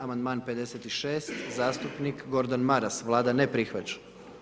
Amandman 56., zastupnik Gordan Maras, Vlada ne prihvaća.